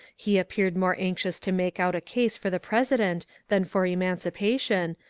he appeared more anxious to make out a case for the president than for emancipation,